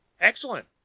Excellent